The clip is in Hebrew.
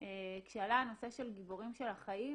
כשעלה הנושא של גיבורים של החיים,